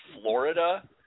Florida